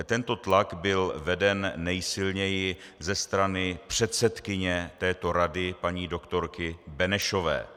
Tento tlak byl veden nejsilněji ze strany předsedkyně této rady, paní doktorky Benešové.